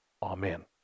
Amen